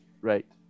Right